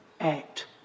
act